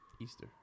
Easter